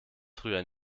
früher